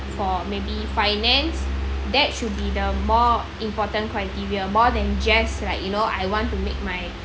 for maybe finance that should be the more important criteria more than just like you know I want to make my